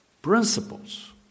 principles